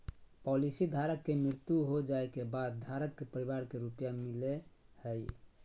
policy धारक के मृत्यु हो जाइ के बाद धारक के परिवार के रुपया मिलेय हइ